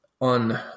on